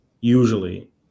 usually